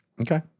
okay